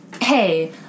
hey